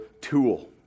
tool